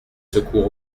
secours